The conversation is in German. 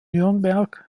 nürnberg